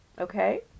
okay